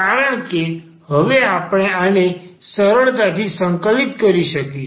કારણ કે હવે આપણે આને સરળતાથી સંકલિત કરી શકીશું